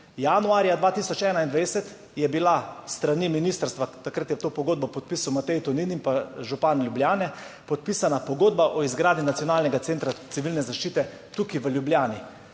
Januarja 2021 je bila s strani ministrstva, takrat je to pogodbo podpisal Matej Tonin in pa župan Ljubljane, podpisana pogodba o izgradnji nacionalnega centra civilne zaščite tukaj v Ljubljani,